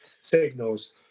signals